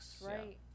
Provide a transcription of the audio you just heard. right